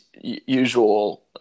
usual